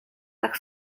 tak